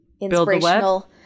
inspirational